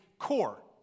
core